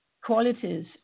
qualities